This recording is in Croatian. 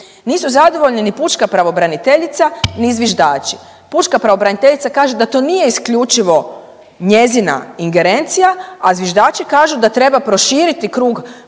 nisu zadovoljni ni pučka pravobraniteljica ni zviždači. Pučka pravobraniteljica kaže da to nije isključivo njezina ingerencija, a zviždači kažu da treba proširiti krug